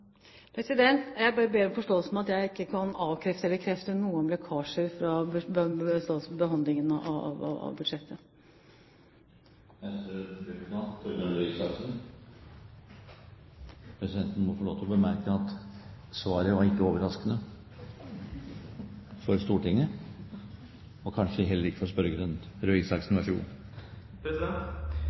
Jeg ber om forståelse for at jeg ikke kan avkrefte eller bekrefte noen lekkasjer fra behandlingen av budsjettet. Presidenten må få lov til å bemerke at svaret ikke var overraskende for Stortinget og kanskje heller ikke for